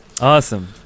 awesome